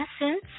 essence